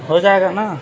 ہوجائے گا نا